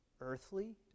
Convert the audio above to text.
earthly